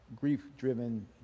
grief-driven